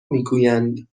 میگویند